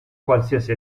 qualsiasi